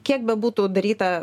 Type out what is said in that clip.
kiek bebūtų daryta